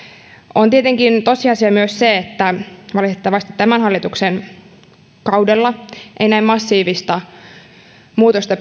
on tietenkin tosiasia myös se että valitettavasti tämän hallituksen kaudella ei pystytä saamaan aikaan näin massiivista muutosta